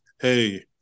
hey